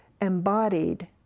embodied